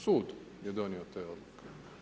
Sud je donio te odluke.